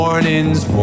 Morning's